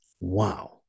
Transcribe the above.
Wow